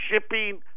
shipping